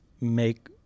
make